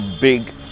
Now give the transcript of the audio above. big